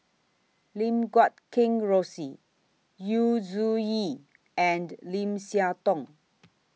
Lim Guat Kheng Rosie Yu Zhuye and Lim Siah Tong